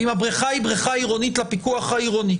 ואם הבריכה היא בריכה עירונית לפיקוח העירוני,